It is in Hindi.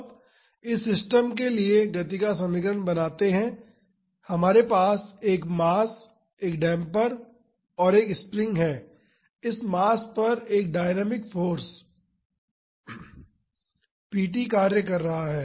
अब इस सिस्टम के लिए गति का समीकरण बनाते हैं हमारे पास एक मास एक डेम्पर और एक स्प्रिंग है इस मास पर एक डायनामिक फाॅर्स p कार्य कर रहा है